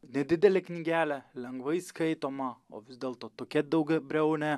nedidelė knygelė lengvai skaitoma o vis dėlto tokia daugiabriaunė